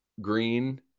Green